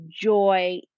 joy